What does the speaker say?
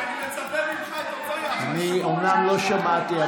אני אומנם לא שמעתי,